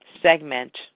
segment